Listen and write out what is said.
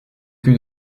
cul